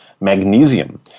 magnesium